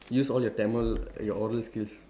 use all your Tamil your oral skills